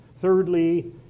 Thirdly